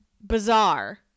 bizarre